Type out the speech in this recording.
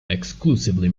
exclusively